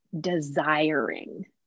desiring